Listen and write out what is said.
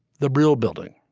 the brill building.